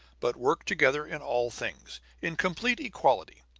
but work together in all things, in complete equality.